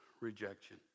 rejection